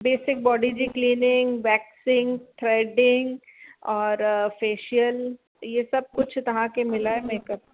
basic body जी cleaning waxing threading और facial इहो सभु कुझु मिलाए तव्हां खे मेकअप